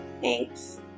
Thanks